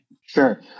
Sure